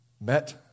met